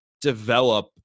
develop